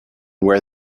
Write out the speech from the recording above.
where